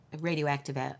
radioactive